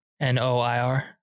N-O-I-R